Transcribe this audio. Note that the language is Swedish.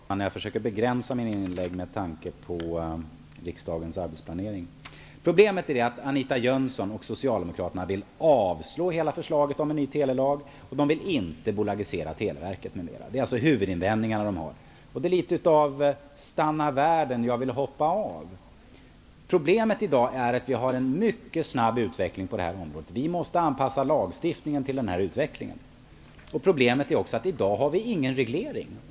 Herr talman! Jag skall försöka begränsa mina inlägg med tanke på riksdagens arbetsplanering. Problemet är att Anita Jönsson och Socialdemokraterna vill avslå hela förslaget om en ny telelag. De vill inte bolagisera Televerket, m.m. Det är deras huvudinvändning. Det här är litet av: ''Stanna världen, jag vill hoppa av!'' Problemet i dag är att utvecklingen på detta område är mycket snabb. Vi måste anpassa lagstiftningen till denna utveckling. Problemet är också att det i dag inte finns någon reglering.